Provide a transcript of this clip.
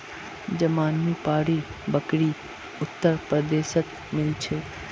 जमानुपारी बकरी उत्तर प्रदेशत मिल छे